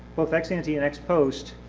both ex-ante and ex-post,